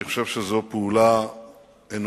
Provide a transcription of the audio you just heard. אני חושב שזו פעולה אנושית,